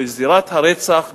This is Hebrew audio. בזירת הרצח,